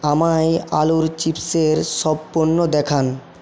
আমায় আলুর চিপ্সের সব পণ্য দেখান